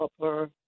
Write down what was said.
upper